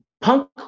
punk